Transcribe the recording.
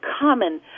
common